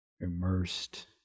immersed